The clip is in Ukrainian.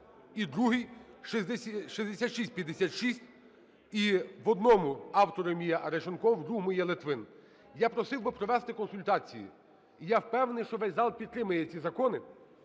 І другий – 6656. І в одному автором є Арешонков, в другому – є Литвин. Я просив би провести консультації. І я впевнений, що весь зал підтримає ці закони.